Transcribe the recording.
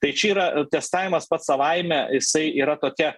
tai čia yra testavimas pats savaime jisai yra tokia